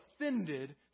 offended